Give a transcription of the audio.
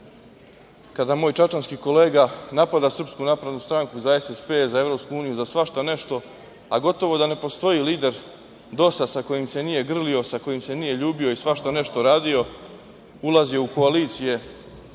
kada moj čačanski kolega napada SNS za SSP, za EU, za svašta nešto, a gotovo da ne postoji lider DOS-a sa kojim se nije grlio, sa kojim se nije ljubio i svašta nešto radio, ulazio u koalicije,